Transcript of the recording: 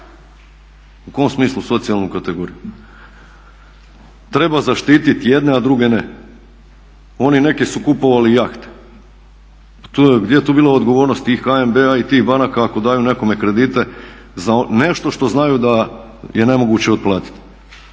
U kom smislu socijalnu kategoriju? Treba zaštititi jedne, a druge ne. Oni neki su kupovali jahte, pa gdje je tu bilo odgovornosti i HNB-a i tih banaka ako daju nekome kredite za nešto što znaju da je nemoguće otplatiti.